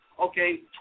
Okay